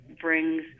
brings